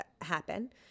happen